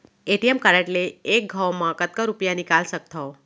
ATM card ले एक घव म कतका रुपिया निकाल सकथव?